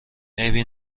عیبی